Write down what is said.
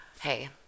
Hey